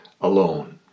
alone